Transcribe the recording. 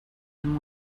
him